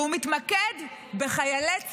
והוא מתמקד בחיילי צה"ל.